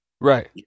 Right